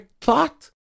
thought